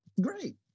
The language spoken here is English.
Great